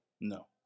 No